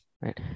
Right